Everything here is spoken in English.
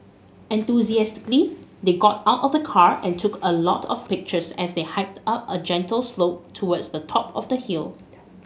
enthusiastically they got out of the car and took a lot of pictures as they hiked up a gentle slope towards the top of the hill